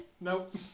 Nope